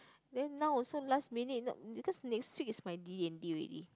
then now also last minute you know because next week is my D-and-D already